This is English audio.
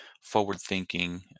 forward-thinking